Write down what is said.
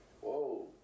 Whoa